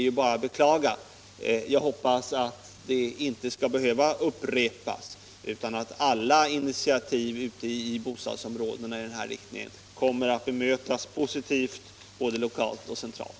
Jag hoppas att det inte skall behöva upprepas, utan att alla initiativ i denna riktning ute i bostadsområdena kommer att bemötas positivt både lokalt och centralt.